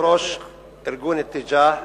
יושב-ראש ארגון "אתג'אה",